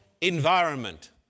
environment